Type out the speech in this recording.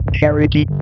charity